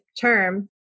term